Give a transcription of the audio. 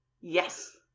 Yes